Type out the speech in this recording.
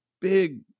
big